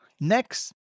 Next